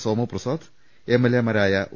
സോമപ്രസാദ് എംഎൽഎമാരായ ഒ